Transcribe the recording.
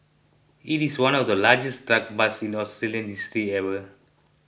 it is one of the largest drug busts in Australian history ever